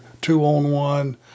two-on-one